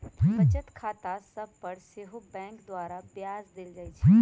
बचत खता सभ पर सेहो बैंक द्वारा ब्याज देल जाइ छइ